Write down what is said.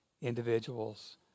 individuals